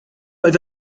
oedd